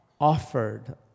offered